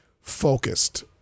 focused